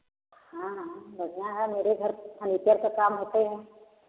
हाँ हाँ बढ़िया है मेरे घर पर फनिचर का काम होते हैं